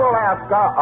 Alaska